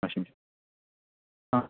washing ആ